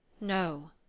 No